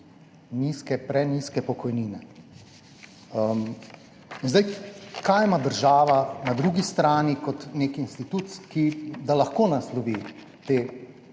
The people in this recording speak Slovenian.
prenizke pokojnine. Kaj ima država na drugi strani kot nek institut, da lahko naslovi te